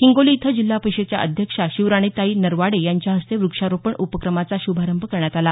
हिंगोली इथं जिल्हा परिषदेच्या अध्यक्षा शिवराणीताई नरवाडे यांच्या हस्ते व्रक्षारोपण उपक्रमाचा श्भारंभ करण्यात आला